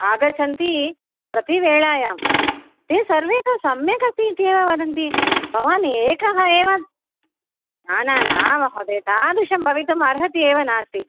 आगच्छन्ति प्रतिवेलायां ते सर्वे तत् सम्यक् अस्तीत्येव वदन्ति भवान् एकः एव न न न महोदय तादृशं भवितुम् अर्हता एव नास्ति